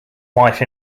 wife